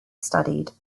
studied